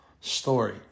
story